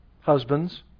Husbands